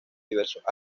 diversos